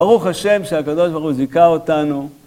ברוך השם שהקדוש ברוך הוא זיכה אותנו.